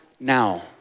now